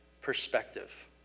perspective